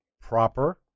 proper